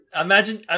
imagine